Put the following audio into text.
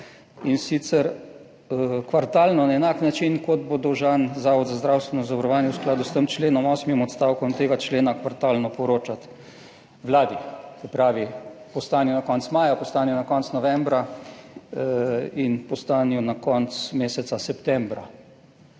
in sicer kvartalno na enak način kot bo dolžan Zavod za zdravstveno zavarovanje v skladu s tem členom, osmim odstavkom tega člena kvartalno poročati Vladi. Se pravi, po stanju na koncu maja, po stanju na konec novembra in postanejo na koncu meseca septembra.